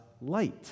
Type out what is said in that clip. light